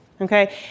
Okay